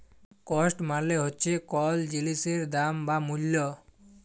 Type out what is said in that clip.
cost মালে হচ্যে কল জিলিসের দাম বা মূল্য